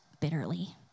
bitterly